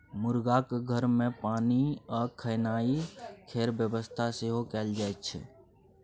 मुरगाक घर मे पानि आ खेनाइ केर बेबस्था सेहो कएल जाइत छै